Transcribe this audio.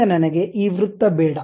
ಈಗ ನನಗೆ ಈ ವೃತ್ತ ಬೇಡ